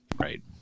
Right